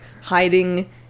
hiding